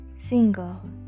single